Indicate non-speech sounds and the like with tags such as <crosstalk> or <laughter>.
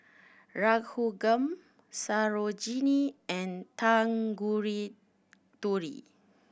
Raghuram Sarojini and <unintelligible>